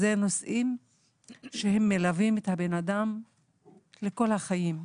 אלה נושאים שמלווים את הבן אדם לכל החיים.